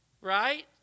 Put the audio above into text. right